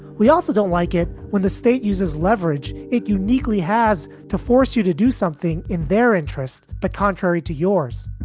we also don't like it when the state uses leverage. it uniquely has to force you to do something in their interest. but contrary to yours,